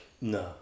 No